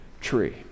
tree